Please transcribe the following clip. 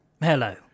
Hello